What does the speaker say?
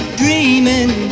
dreaming